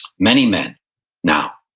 many men now